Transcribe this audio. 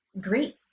great